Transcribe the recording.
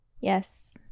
Yes